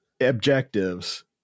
objectives